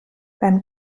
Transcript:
beim